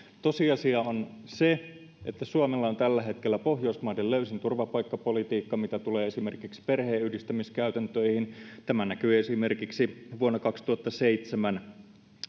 tosiasia on se että suomella on tällä hetkellä pohjoismaiden löysin turvapaikkapolitiikka mitä tulee esimerkiksi perheenyhdistämiskäytäntöihin tämä näkyi esimerkiksi vuonna kaksituhattaseitsemän